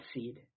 seed